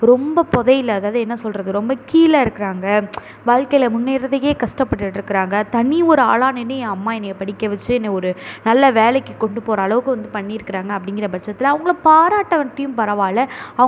ரொம்ப புதையில அதாவது என்ன சொல்கிறது ரொம்ப கீழே இருக்கிறாங்க வாழ்க்கையில முன்னேறுறதுக்கே கஷ்டப்பட்டுட்டு இருக்கிறாங்க தனி ஒரு ஆளாக நின்று என் அம்மா என்னை படிக்க வெச்சு என்னை ஒரு நல்ல ஒரு வேலைக்கு கொண்டு போகிறளவுக்கு வந்து பண்ணியிருக்குறாங்க அப்படிங்கிற பட்சத்தில் அவங்கள பாராட்டாட்டியும் பரவாயில்லை